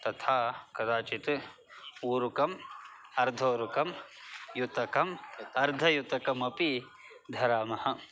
तथा कदाचित् ऊरुकम् अर्धोरुकं युतकम् अर्धयुतकमपि धरामः